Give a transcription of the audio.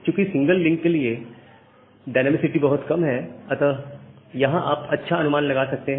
चूकि single link के लिए डायनमिसिटी बहुत कम है अतः यहां आप अच्छा अनुमान लगा सकते हैं